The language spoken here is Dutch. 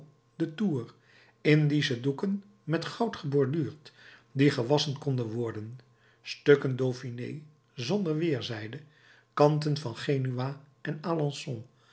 de tours indische doeken met goud geborduurd die gewasschen konden worden stukken dauphiné zonder weerzijde kanten van genua en